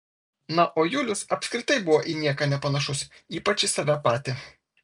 na o julius apskritai buvo į nieką nepanašus ypač į save patį